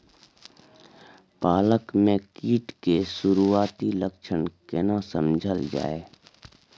पालक में कीट के सुरआती लक्षण केना समझल जाय?